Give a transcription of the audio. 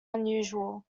unusual